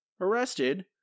arrested